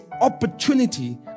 opportunity